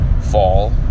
fall